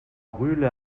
rühle